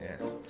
Yes